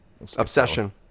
Obsession